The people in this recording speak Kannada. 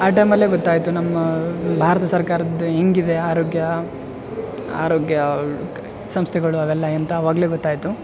ಆ ಟೈಮಲ್ಲೇ ಗೊತ್ತಾಯ್ತು ನಮ್ಮ ಭಾರತ ಸರ್ಕಾರದ್ದು ಹೆಂಗಿದೆ ಆರೋಗ್ಯ ಆರೋಗ್ಯ ಸಂಸ್ಥೆಗಳು ಅವೆಲ್ಲ ಎಂಥ ಆವಾಗಲೇ ಗೊತ್ತಾಯ್ತು